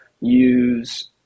use